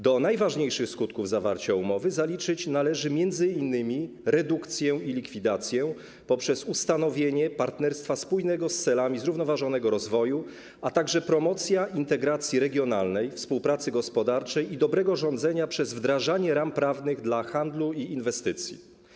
Do najważniejszych skutków zawarcia umowy zaliczyć należy m.in. redukcję i likwidację ubóstwa przez ustanowienie partnerstwa spójnego z celami zrównoważonego rozwoju, a także promocję integracji regionalnej, współpracy gospodarczej i dobrego rządzenia przez wdrażanie ram prawnych dla handlu i inwestycji.